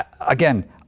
again